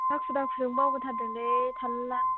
हाखु दाखुजों बावबो थारदोंलै थारला